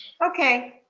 okay,